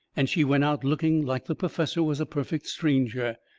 and she went out looking like the perfessor was a perfect stranger.